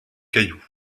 cailloux